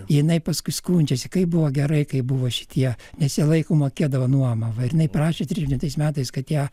jinai paskui skundžiasi kaip buvo gerai kaip buvo šitie nes jie laiku mokėdavo nuomą va ir jinai prašė trisdešimt trečiais metais kad ją